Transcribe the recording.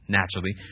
naturally